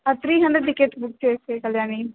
three hundred tickets book చేసేవి కళ్యాణి